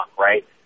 right